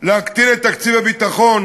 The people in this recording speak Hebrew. להקטין את תקציב הביטחון